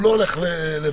הוא לא הולך לבקש.